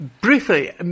briefly